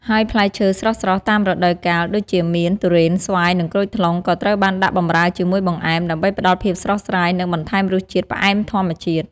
ហើយផ្លែឈើស្រស់ៗតាមរដូវកាល ដូចជាមៀន ទុរេន ស្វាយ និងក្រូចថ្លុង ក៏ត្រូវបានដាក់បម្រើជាមួយបង្អែម ដើម្បីផ្តល់ភាពស្រស់ស្រាយ និងបន្ថែមរសជាតិផ្អែមធម្មជាតិ។